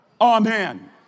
amen